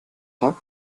tag